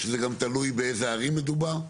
שזה גם תלוי באיזה ערים מדובר?